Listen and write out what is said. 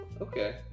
Okay